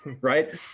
right